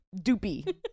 doopy